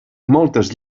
moltes